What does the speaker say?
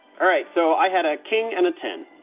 alright, so i had a king and a ten,